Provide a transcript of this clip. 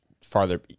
farther